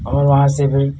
और वहाँ से फिर